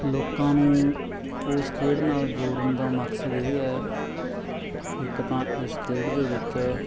ਲੋਕਾਂ ਨੂੰ ਉਸ ਖੇਡ ਨਾਲ ਜੋੜਨ ਦਾ ਮਕਸਦ ਇਹ ਹੈ ਇੱਕ ਤਾਂ ਇਸ ਖੇਡ ਦੇ ਵਿੱਚ